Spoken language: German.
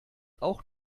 auch